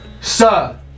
Sir